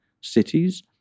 cities